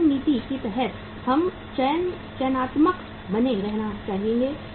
skimming नीति के तहत हम चयनात्मक बने रहना चाहेंगे